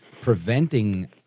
preventing